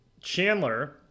Chandler